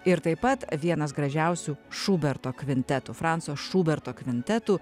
ir taip pat vienas gražiausių šuberto kvintetų franco šuberto kvintetų